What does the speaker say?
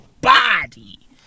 body